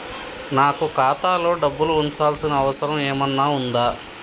నాకు ఖాతాలో డబ్బులు ఉంచాల్సిన అవసరం ఏమన్నా ఉందా?